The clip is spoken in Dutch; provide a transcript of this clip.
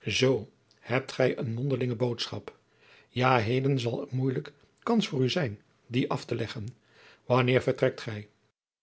zoo hebt gij eene mondelinge boodschap ja heden zal er moeilijk kans voor u zijn die af te leggen wanneer vertrekt gij